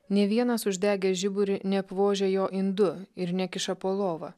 nė vienas uždegęs žiburį neapvožia jo indu ir nekiša po lova